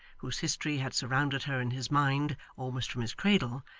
whose history had surrounded her in his mind, almost from his cradle,